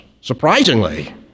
surprisingly